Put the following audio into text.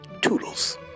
Toodles